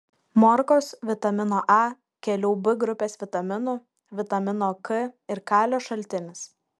morkos vitamino a kelių b grupės vitaminų vitamino k ir kalio šaltinis